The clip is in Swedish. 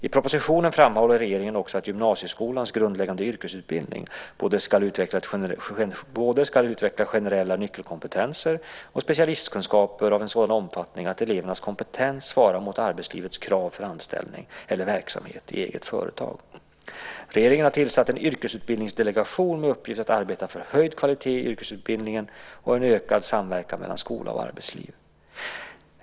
I propositionen framhåller regeringen också att gymnasieskolans grundläggande yrkesutbildning ska utveckla både generella nyckelkompetenser och specialistkunskaper av en sådan omfattning att elevens kompetens svarar mot arbetslivets krav för anställning eller verksamhet i eget företag. Regeringen har tillsatt en yrkesutbildningsdelegation med uppgift att arbeta för höjd kvalitet i yrkesutbildningen och en ökad samverkan mellan skola och arbetsliv.